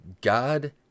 God